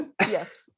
Yes